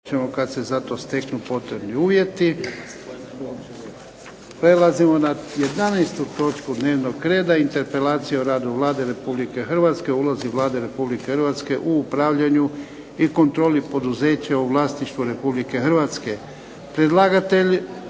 **Jarnjak, Ivan (HDZ)** Prelazimo na 11. točku dnevnog reda - Interpelacija o radu Vlade Republike Hrvatske, o ulozi Vlade Republike Hrvatske u upravljanju i kontroli poduzeća u vlasništvu Republike Hrvatske Predlagatelj: